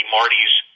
Marty's